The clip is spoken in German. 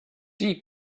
die